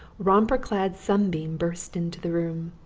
romper-clad sunbeam burst into the room.